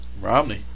Romney